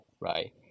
right